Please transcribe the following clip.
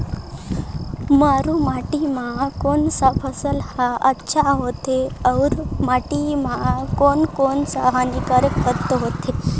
मारू माटी मां कोन सा फसल ह अच्छा होथे अउर माटी म कोन कोन स हानिकारक तत्व होथे?